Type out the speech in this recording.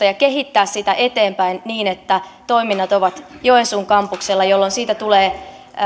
ja kehittää sitä eteenpäin niin että toiminnat ovat joensuun kampuksella jolloin siitä tulee